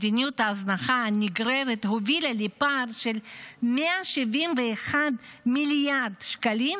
מדיניות ההזנחה הנגררת הובילה לפער של 171 מיליארד שקלים